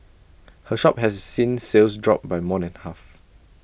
her shop has seen sales drop by more than half